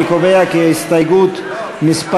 אני קובע כי הסתייגות מס'